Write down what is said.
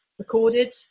recorded